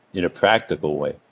in a practical way.